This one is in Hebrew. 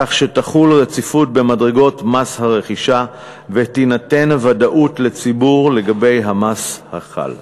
כך שתחול רציפות במדרגות מס הרכישה ותינתן הוודאות לציבור לגבי המס החל.